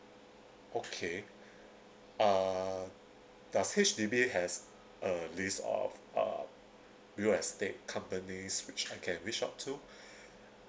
okay uh does H_D_B has a list of uh real estate companies which I can reach out to